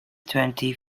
twenty